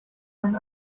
einen